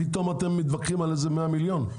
פתאום אתם מתווכחים על איזה 100 מיליון?